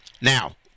Now